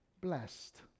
blessed